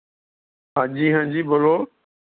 ਹਾਂਜੀ ਹਾਂਜੀ ਬੋਲੋ